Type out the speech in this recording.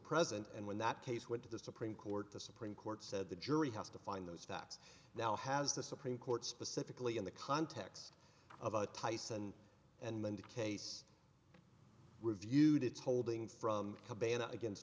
present and when that case went to the supreme court the supreme court said the jury has to find those facts now has the supreme court specifically in the context of a tyson and linda case reviewed its holdings from the ban against